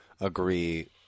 agree